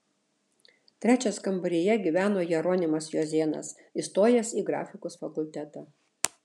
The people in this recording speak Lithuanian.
trečias kambaryje gyveno jeronimas juozėnas įstojęs į grafikos fakultetą